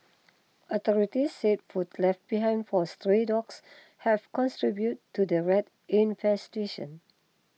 authorities said food left behind for stray dogs have to the rat infestation